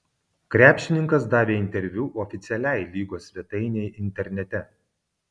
krepšininkas davė interviu oficialiai lygos svetainei internete